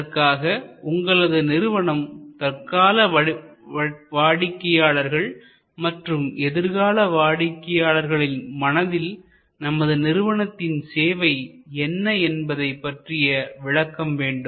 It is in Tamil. அதற்காக உங்களது நிறுவனம் தற்கால வாடிக்கையாளர்கள் மற்றும் எதிர்கால வாடிக்கையாளர்களின் மனதில் நமது நிறுவனத்தின் சேவை என்ன என்பதை பற்றிய விளக்கம் வேண்டும்